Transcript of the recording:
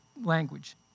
language